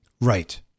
Right